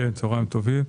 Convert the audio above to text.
צהריים טובים.